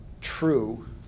true